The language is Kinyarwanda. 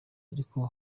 ariko